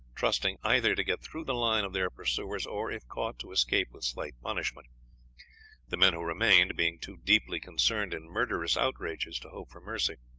trusting either to get through the line of their pursuers, or, if caught, to escape with slight punishment, the men who remained being too deeply concerned in murderous outrages to hope for mercy.